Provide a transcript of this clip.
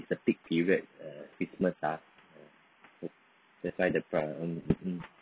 it's a peak period uh christmas ah that's why the pr~